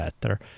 better